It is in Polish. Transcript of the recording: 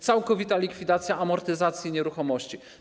Całkowita likwidacja amortyzacji nieruchomości.